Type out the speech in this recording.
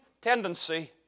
tendency